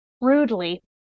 Rudely